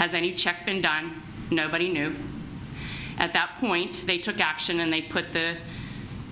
has any check been done nobody knew at that point they took action and they put the